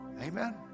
amen